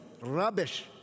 rubbish